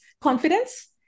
confidence